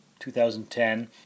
2010